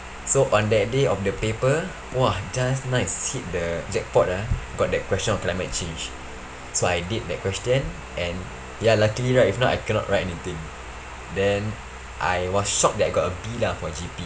so on that day of the paper !wah! just nice hit the jackpot ah got that question of climate change so I did that question and ya luckily right if not I cannot write anything then I was shocked that I got a B lah for G_P